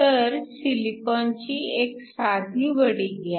तर सिलिकॉनची एक साधी वडी घ्या